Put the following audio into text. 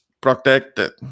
protected